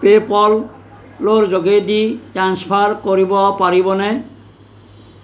পে'পলৰ যোগেদি ট্ৰাঞ্চফাৰ কৰিব পাৰিবনে